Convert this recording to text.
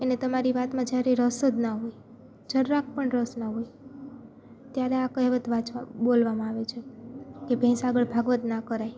એને તમારી વાતમાં જ્યારે રસ જ ના હોય જરાક પણ રસ ના હોય ત્યારે આ કહેવત વાંચવા બોલવામાં આવે છે કે ભેંસ આગળ ભાગવત ના કરાય